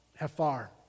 hefar